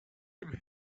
dem